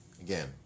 again